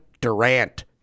Durant